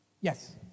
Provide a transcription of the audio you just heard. Yes